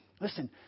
listen